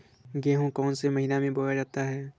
गेहूँ कौन से महीने में बोया जाता है?